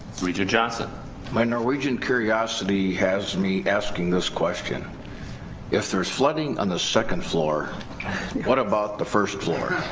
regent johnson my norwegian curiosity has me asking this question if there's flooding on the second floor what about the first floor